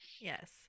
Yes